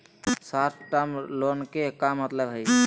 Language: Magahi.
शार्ट टर्म लोन के का मतलब हई?